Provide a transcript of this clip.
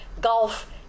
golf